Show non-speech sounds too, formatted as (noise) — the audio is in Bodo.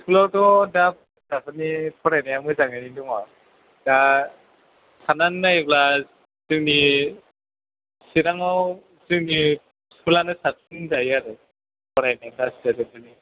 स्खुलावथ' दा फरायसाफोरनि फरायनाया मोजाङैनो दङ दा साननानै नायोब्ला जोंनि चिराङाव जोंनि स्खुलानो साबसिन होनजायो आरो फरायनाया (unintelligible)